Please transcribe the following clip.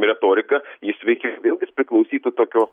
retoriką jis veikia vėlgi jis priklausytų tokio